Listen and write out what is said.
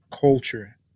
culture